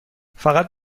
فقط